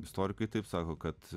istorikai taip sako kad